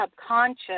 subconscious